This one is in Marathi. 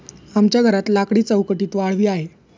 आमच्या घरात लाकडी चौकटीत वाळवी आहे